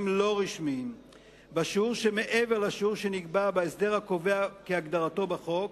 לא רשמיים בשיעור שמעבר לשיעור שנקבע בהסדר הקובע כהגדרתו בחוק,